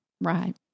Right